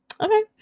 Okay